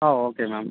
ah okay ma'am